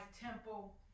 Temple